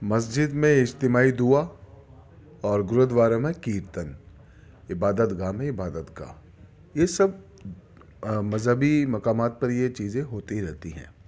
مسجد میں اجتماعی دعا اور گرودوارا میں کیرتن عبادت گاہ میں عبادت گاہ یہ سب مذہبی مقامات پر یہ چیزیں ہوتی ہی رہتی ہیں